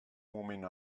moment